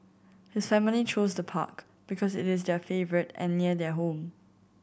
his family chose the park because it is their favourite and near their home